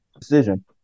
decision